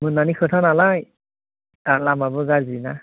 मोनानि खोथा नालाय आरो लामायाबो गाज्रिना